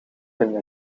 een